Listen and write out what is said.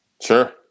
Sure